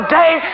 day